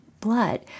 blood